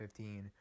2015